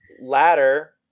ladder